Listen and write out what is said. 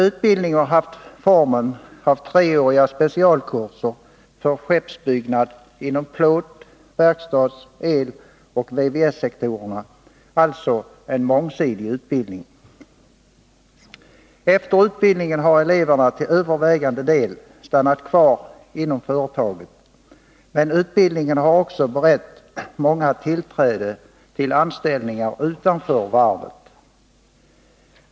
Utbildningen har haft formen av treåriga specialkurser för skeppsbyggnad inom plåt-, verkstads-, el-, och VVS-sektorerna — alltså en mångsidig utbildning. 95 Efter utbildningen har eleverna till övervägande del stannat kvar inom företaget, men utbildningen har också berett många tillträde till anställningar utanför varvet.